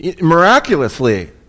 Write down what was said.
miraculously